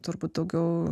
turbūt daugiau